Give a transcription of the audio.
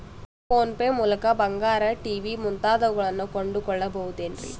Phone pay ಮೂಲಕ ಬಂಗಾರ, TV ಮುಂತಾದವುಗಳನ್ನ ಕೊಂಡು ಕೊಳ್ಳಬಹುದೇನ್ರಿ?